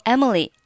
Emily